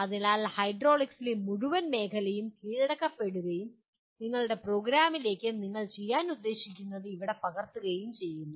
അതിനാൽ ഹൈഡ്രോളിക്സിലെ മുഴുവൻ മേഖലയും കീഴടക്കപ്പെടുക്കുകയും നിങ്ങളുടെ പ്രോഗ്രാമിലേക്ക് നിങ്ങൾ ചെയ്യാൻ ഉദ്ദേശിക്കുന്നത് ഇവിടെ പകർത്തുകയും ചെയ്യുന്നു